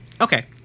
Okay